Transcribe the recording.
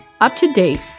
up-to-date